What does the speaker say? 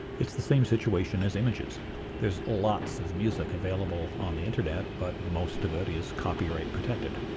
it's the same situation as images there's lots of music available on the internet but most of it is copyright-protected.